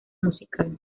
musical